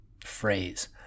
phrase